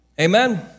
Amen